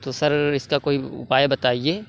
تو سر اس کا کوئی اپائے بتائیے